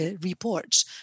report